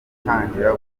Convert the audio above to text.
gutangira